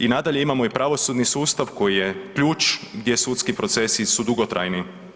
I nadalje, imamo i pravosudni sustav koji je ključ gdje sudski procesi su dugotrajni.